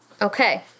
Okay